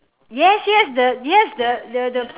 yes yes the yes the the the